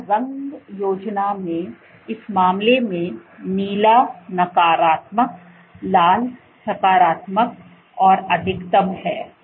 तो इस रंग योजना में इस मामले में नीला नकारात्मक लाल सकारात्मक और अधिकतम है